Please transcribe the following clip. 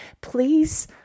please